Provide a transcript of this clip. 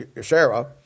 Sarah